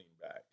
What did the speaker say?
back